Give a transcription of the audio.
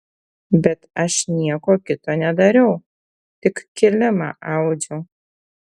bet aš nieko kito nedariau tik kilimą audžiau